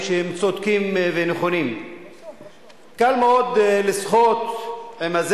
בדרך כלל אנשים חלשים, קבוצות מיעוט